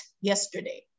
yesterday